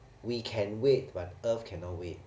we can wait but earth cannot wait